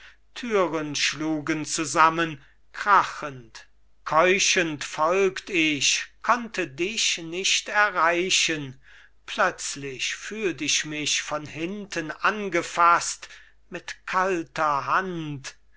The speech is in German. türen schlugen zusammen krachend keuchend folgt ich konnte dich nicht erreichen plötzlich fühlt ich mich von hinten angefaßt mit kalter hand